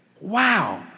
Wow